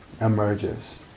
emerges